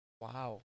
Wow